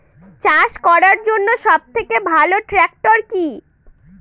চাষ করার জন্য সবথেকে ভালো ট্র্যাক্টর কি?